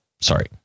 sorry